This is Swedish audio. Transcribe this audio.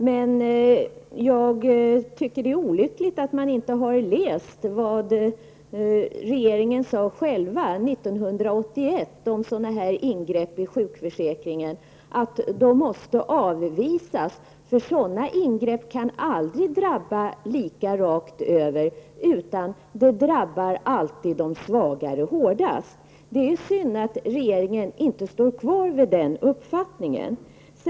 Men jag tycker att det är olyckligt att man inte har läst vad regeringen själv sade 1981 om sådana här ingrepp i sjukförsäkringen, nämligen att de måste avvisas, för sådana ingrepp kan aldrig drabba lika, utan de drabbar alltid de svagare hårdast. Det är synd att regeringen inte står fast vid den uppfattningen.